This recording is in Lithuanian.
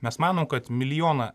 mes manom kad milijoną